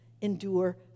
Endure